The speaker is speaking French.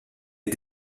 les